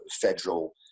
federal